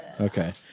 Okay